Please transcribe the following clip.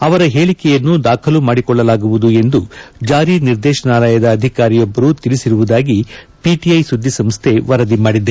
ಅವರ ಹೇಳಿಕೆಯನ್ನು ದಾಖಲು ಮಾಡಿಕೊಳ್ಳಲಾಗುವುದು ಎಂದು ಜಾರಿ ನಿರ್ದೇತನಾಲಯದ ಅಧಿಕಾರಿಯೊಬ್ಬರು ತಿಳಿಸಿರುವುದಾಗಿ ಪಿಟಿಐ ಸುದ್ದಿಸಂಸ್ಟೆ ವರದಿ ಮಾಡಿದೆ